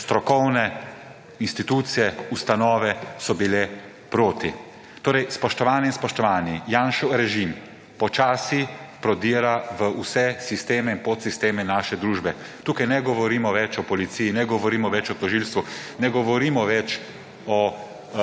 strokovne institucije, ustanove, so bile proti. Torej, spoštovane in spoštovani! Janšev režim počasi prodira v vse sisteme in podsisteme naše družbe. Tukaj ne govorimo več o policiji, ne govorimo več o tožilstvu, ne govorimo več o